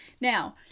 Now